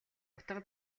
утга